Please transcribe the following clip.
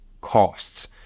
costs